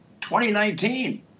2019